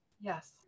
Yes